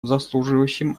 заслуживающим